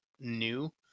new